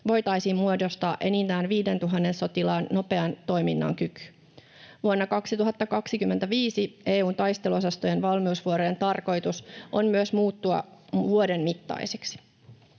voitaisiin muodostaa enintään viidentuhannen sotilaan nopean toiminnan kyky. Vuonna 2025 EU:n taisteluosastojen valmiusvuorojen tarkoitus on myös muuttua vuoden mittaisiksi.